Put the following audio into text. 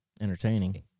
Entertaining